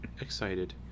excited